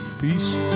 Peace